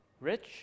Rich